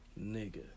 nigga